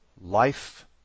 Life